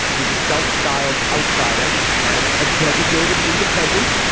who's a self-styled outsider and a designated independent,